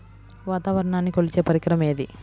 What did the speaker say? వాతావరణాన్ని కొలిచే పరికరం ఏది?